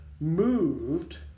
moved